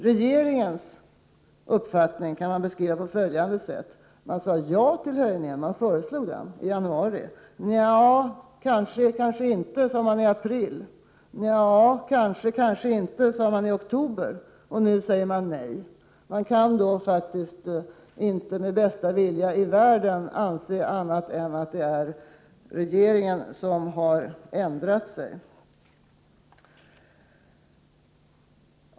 Regeringens uppfattning kan man 27 beskriva på följande sätt: Man föreslog höjningen i januari, man sade nja, kanske, kanske inte i april, man sade nja, kanske, kanske inte i oktober, och nu säger man nej. Med bästa vilja i världen kan man inte anse annat än att det är regeringen som har ändrat åsikt.